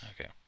Okay